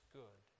good